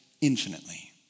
infinitely